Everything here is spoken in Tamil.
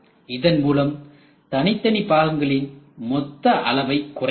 இதன்மூலம் தனித்தனி பாகங்களின் மொத்த அளவை குறைக்கலாம்